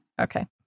Okay